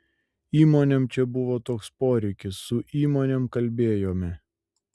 įmonėm čia buvo toks poreikis su įmonėm kalbėjome